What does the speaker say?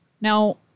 now